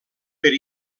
per